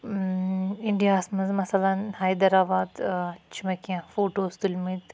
اِنڈیاہَس مَنٛز مَثَلن حیدرآباد چھِ مےٚ کیٚنٛہہ فوٹوز تُلۍ مٕتۍ